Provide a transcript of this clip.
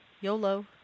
YOLO